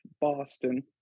Boston